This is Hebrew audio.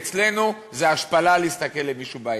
אצלנו זה השפלה להסתכל למישהו בעיניים.